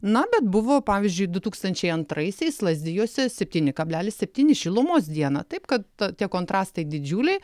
na bet buvo pavyzdžiui du tūkstančiai antraisiais lazdijuose septyni kablelis septyni šilumos dieną taip kad tie kontrastai didžiuliai